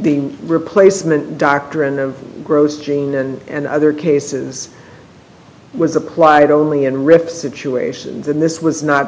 the replacement doctrine of gross gene and other cases was applied only in rip situations and this was not